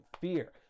fear